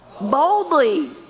Boldly